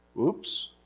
Oops